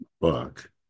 book